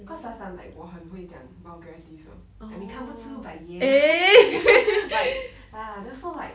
because last time like 我很会讲 vulgarities 的 I mean 看不出 but ya then also like